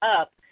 up